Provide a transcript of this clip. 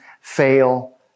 fail